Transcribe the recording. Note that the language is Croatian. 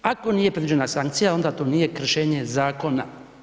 Ako nije predviđena sankcija onda to nije kršenje zakona.